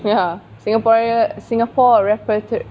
ya singaporean singapore reperto~